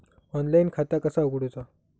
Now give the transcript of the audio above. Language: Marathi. ऑनलाईन खाता कसा उगडूचा?